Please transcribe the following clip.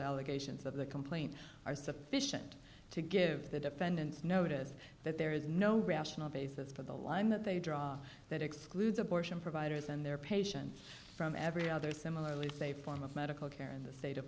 allegations of the complaint are sufficient to give the defendants notice that there is no rational basis for the line that they draw that excludes abortion providers and their patients from every other similarly they form of medical care in the state of